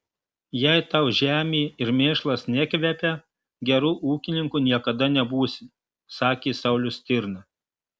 jei tau žemė ir mėšlas nekvepia geru ūkininku niekada nebūsi sakė saulius stirna